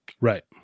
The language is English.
Right